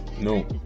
no